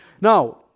Now